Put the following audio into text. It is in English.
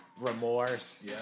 Remorse